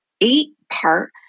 eight-part